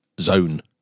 zone